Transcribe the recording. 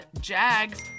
Jags